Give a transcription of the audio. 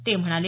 ते म्हणाले